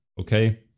okay